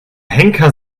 henker